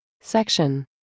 Section